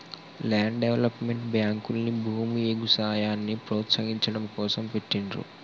land development బ్యేంకుల్ని భూమి, ఎగుసాయాన్ని ప్రోత్సహించడం కోసం పెట్టిండ్రు